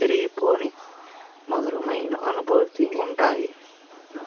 చేరిగిపోని మధురమైన అనుభూతిగా ఉంటాయి